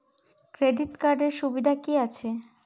Credit কার্ডের সুবিধা কি আছে?